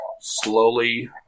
slowly